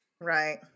Right